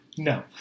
No